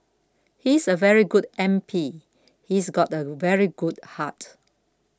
he's a very good M P he's got a very good heart